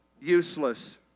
useless